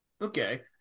Okay